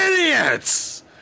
Idiots